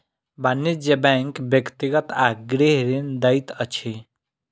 वाणिज्य बैंक व्यक्तिगत आ गृह ऋण दैत अछि